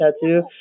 tattoo